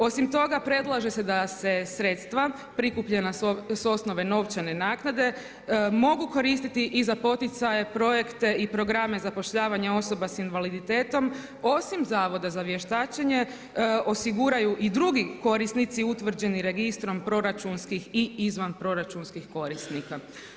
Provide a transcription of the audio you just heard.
Osim toga predlaže se da se sredstva prikupljena s osnove novčane naknade mogu koristiti i za poticaje, projekte i programe zapošljavanja osoba sa invaliditetom osim Zavoda za vještačenje osiguraju i drugi korisnici utvrđeni registrom proračunskih i izvanproračunskih korisnika.